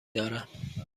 دارم